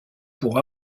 pour